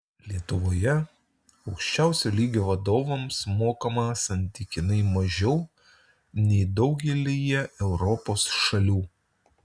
lietuvoje aukščiausio lygio vadovams mokama santykinai mažiau nei daugelyje europos šalių